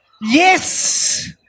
Yes